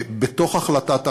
בתוך החלטת הממשלה,